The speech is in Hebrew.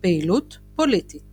פעילות פוליטית